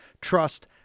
trust